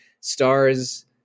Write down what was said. stars